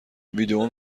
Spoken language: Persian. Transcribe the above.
ویدئو